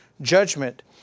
judgment